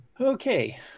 Okay